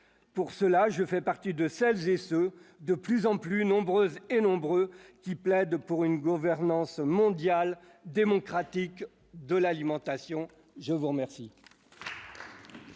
pour cela, je fais partie de celles et ceux, de plus en plus nombreuses et nombreux, qui plaide pour une gouvernance mondiale démocratique de l'alimentation, je vous remercie.